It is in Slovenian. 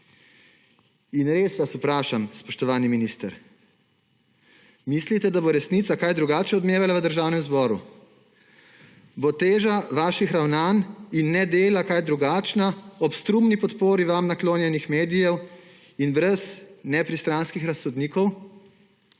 Res vas vprašam, spoštovani minister, mislite, da bo resnica kaj drugače odmevala v Državnem zboru? Bo teža vaših ravnanj in nedela kaj drugačna ob strumni podpori vam naklonjenih medijev in brez nepristranskih razsodnikov?